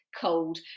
cold